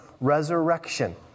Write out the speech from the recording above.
resurrection